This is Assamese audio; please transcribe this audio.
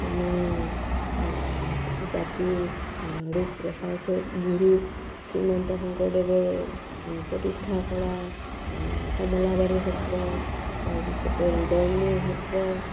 অসমীয়া জাতিৰ ৰূপৰেখা স্বৰুপ গুৰু শ্ৰীমন্ত শংকৰদেৱৰ প্ৰতিষ্ঠা কৰা কমলাবাৰী সত্ৰ তাৰপিছতে গড়মূৰ সত্ৰ